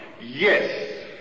yes